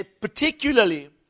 Particularly